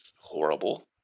horrible